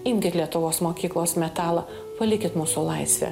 imkit lietuvos mokyklos metalą palikit mūsų laisvę